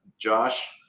Josh